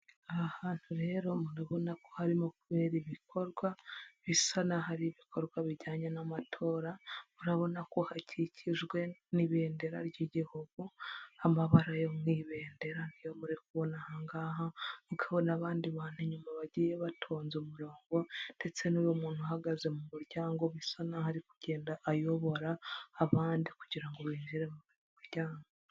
Aha hantu rero murabona ko harimo kubera ibikorwa bisa naho ari ibikorwa bijyanye n'amatora, murabona ko hakikijwe n'ibendera ry'igihugu, amabara yo mu ibendera niyo muri kubona aha ngaha, mukabona abandi bantu inyuma bagiye batonze umurongo ndetse n'uwo muntu uhagaze mu muryango bisa n'aho ari kugenda ayobora abandi kugira ngo binjire mu muryango.